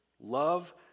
love